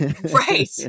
Right